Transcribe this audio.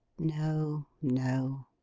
no, no.